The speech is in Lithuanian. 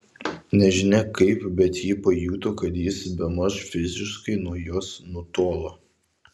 nežinia kaip bet ji pajuto kad jis bemaž fiziškai nuo jos nutolo